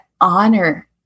honor